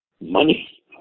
Money